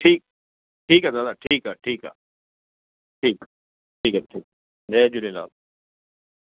ठीकु ठीकु आहे दादा ठीकु आहे ठीकु आहे ठीकु ठीकु आहे जय झूलेलाल